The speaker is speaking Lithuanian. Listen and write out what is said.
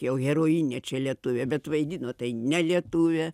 jau herojinė čia lietuvė bet vaidino tai ne lietuvė